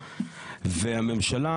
והממשלה,